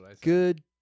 Good